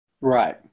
Right